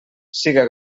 siga